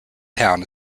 town